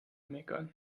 meckern